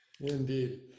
Indeed